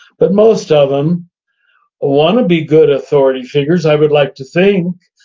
but most of them want to be good authority figures, i would like to think,